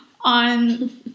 on